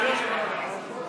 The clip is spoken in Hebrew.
אקוניס?